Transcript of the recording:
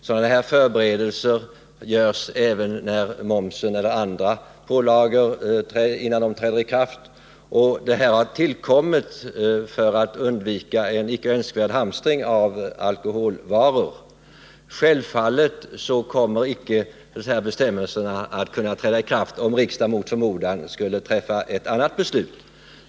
Sådana här förberedelser görs även innan ökningar av momsen eller andra pålagor träder i kraft, och stängningen har tillkommit för att man skall undvika en icke önskvärd hamstring av alkoholvaror. Självfallet kommer inte de här bestämmelserna att kunna träda i kraft om riksdagen mot förmodan skulle träffa ett annat beslut.